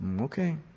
Okay